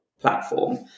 platform